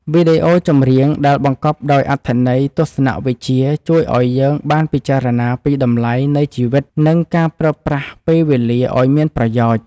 វីដេអូចម្រៀងដែលបង្កប់ដោយអត្ថន័យទស្សនវិជ្ជាជួយឱ្យយើងបានពិចារណាពីតម្លៃនៃជីវិតនិងការប្រើប្រាស់ពេលវេលាឱ្យមានប្រយោជន៍។